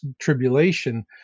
tribulation